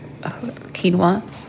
Quinoa